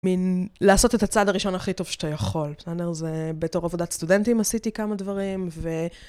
מן לעשות את הצעד הראשון הכי טוב שאתה יכול, בסדר? זה בתור עבודת סטודנטים עשיתי כמה דברים, ו...